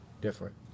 different